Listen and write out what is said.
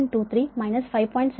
23 5